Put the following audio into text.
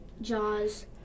jaws